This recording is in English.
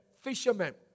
fishermen